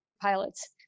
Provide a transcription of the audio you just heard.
pilots